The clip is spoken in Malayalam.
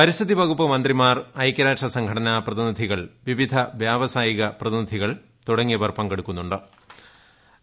പരിസ്ഥിതി വകുപ്പു മന്ത്രിമാർ ഐകൃരാഷ്ട്ര സംഘടനാ പ്രതിനിധികൾ വിവിധ വൃവസായിക പ്രതിനിധികൾ തുടങ്ങിയവർ പങ്കെടുക്കുന്നു ്